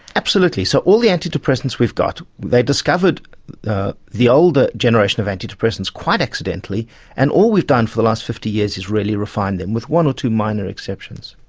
absolutely. so all the antidepressants we've got they discovered the the older generation of antidepressants quite accidently and all we've done for the last fifty years is really refine them with one or two minor exceptions.